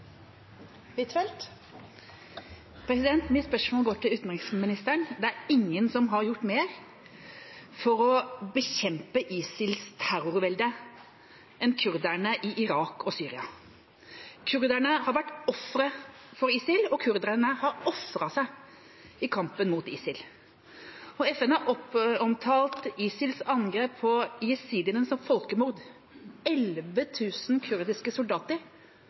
Mitt spørsmål går til utenriksministeren. Det er ingen som har gjort mer for å bekjempe ISILs terrorvelde enn kurderne i Irak og Syria. Kurderne har vært ofre for ISIL, og kurderne har ofret seg i kampen mot ISIL. FN har omtalt ISILs angrep på jesidiene som folkemord. 11 000 kurdiske soldater